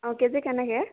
অঁ কেজি কেনেকৈ